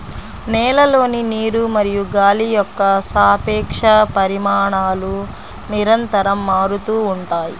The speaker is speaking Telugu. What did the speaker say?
నేలలోని నీరు మరియు గాలి యొక్క సాపేక్ష పరిమాణాలు నిరంతరం మారుతూ ఉంటాయి